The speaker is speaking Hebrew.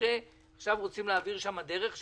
שבמקרה עכשיו רוצים להעביר שם דרך,